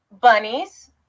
bunnies